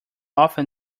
often